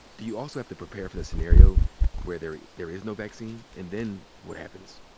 do you also have to prepare for the scenario where there there is no vaccine? and then what happens?